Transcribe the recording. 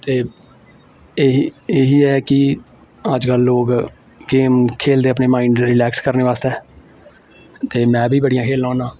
ते एह् ही एह् ऐ कि अज्जकल लोक गेम खेलदे अपने माइंड रिलैक्स करने बास्तै ते में बी बड़ियां खेलना होन्ना